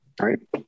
right